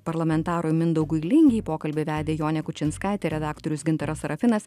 parlamentarui mindaugui lingei pokalbį vedė jonė kučinskaitė redaktorius gintaras sarafinas